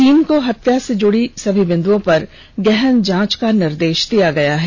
team को हत्या से जुड़ी सभी बिंदओं पर गहन जांच का निर्देश दिया गया है